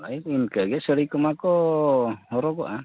ᱟᱨ ᱤᱱᱠᱟᱹᱜᱮ ᱥᱟᱹᱲᱤ ᱠᱚᱢᱟ ᱠᱚ ᱦᱚᱨᱚ ᱜᱚᱜᱼᱟ